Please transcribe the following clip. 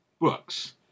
books